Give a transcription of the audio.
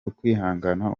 ukwihangana